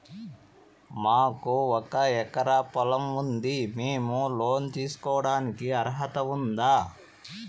మాకు ఒక ఎకరా పొలం ఉంది మేము లోను తీసుకోడానికి అర్హత ఉందా